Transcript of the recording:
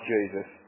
Jesus